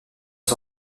aux